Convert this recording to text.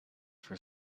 for